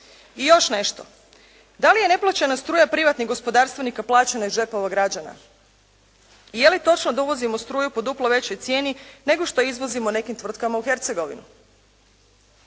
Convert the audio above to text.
I još nešto, da li neplaćena struja privatnih gospodarstvenika plaćena iz džepova građana? I je li točno da uvozimo struju po duplo većoj cijeni, nego što izvozimo nekim tvrtkama u Hercegovinu?